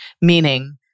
meaning